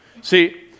See